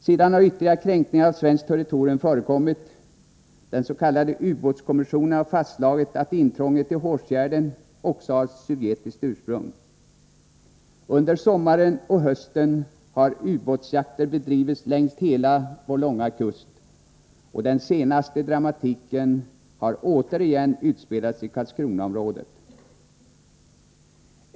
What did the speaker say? Sedan har ytterligare kränkningar av svenskt territorium förekommit. Den s.k. ubåtskommissionen har fastslagit att intrånget i Hårsfjärden också har sovjetiskt ursprung. Under sommaren och hösten har ubåtsjakter bedrivits längs hela vår långa kust, och den senaste dramatiken har återigen utspelats i Karlskronaområdet.